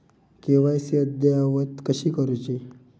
KYC अद्ययावत कशी करुची?